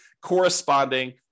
corresponding